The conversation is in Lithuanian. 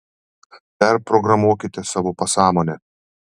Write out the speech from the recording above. perprogramuokite savo pasąmonę